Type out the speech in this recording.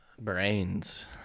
Brains